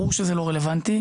ברור שזה לא רלוונטי.